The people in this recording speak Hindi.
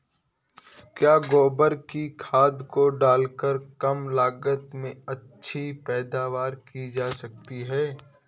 क्या गोबर की खाद को डालकर कम लागत में अच्छी पैदावारी की जा सकती है?